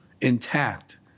intact